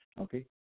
Okay